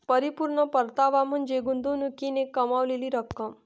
परिपूर्ण परतावा म्हणजे गुंतवणुकीने कमावलेली रक्कम